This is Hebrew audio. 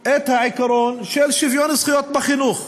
את העיקרון של שוויון זכויות בחינוך.